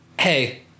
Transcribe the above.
hey